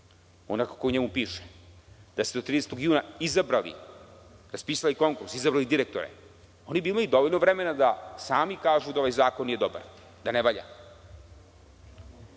onako kako u njemu piše, da ste do 30. juna raspisali konkurs, izabrali direktore, oni bi imali dovoljno vremena da sami kažu da ovaj zakon nije dobar, da ne valja.